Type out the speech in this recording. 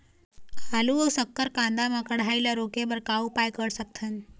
आलू अऊ शक्कर कांदा मा कढ़ाई ला रोके बर का उपाय कर सकथन?